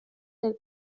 del